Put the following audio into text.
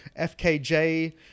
FKJ